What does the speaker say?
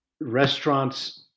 restaurants